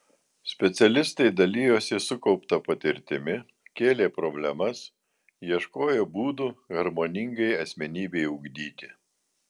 specialistai dalijosi sukaupta patirtimi kėlė problemas ieškojo būdų harmoningai asmenybei ugdyti